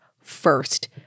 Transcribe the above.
first